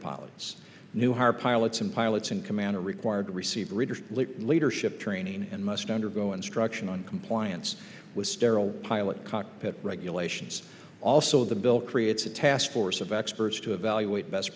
pilots new her pilots and pilots in command are required to receive readers leadership training and must undergo instruction on compliance with sterile pilot cockpit regulations also the bill creates a task force of experts to evaluate best